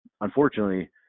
unfortunately